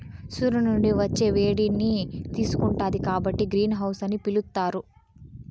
సూర్యుని నుండి వచ్చే వేడిని తీసుకుంటాది కాబట్టి గ్రీన్ హౌస్ అని పిలుత్తారు